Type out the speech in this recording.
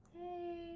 hey